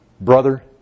Brother